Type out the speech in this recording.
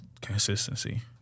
consistency